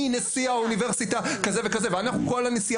אני נשיא האוניברסיטה כזה וכזה ואנחנו כל נשיאי